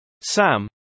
Sam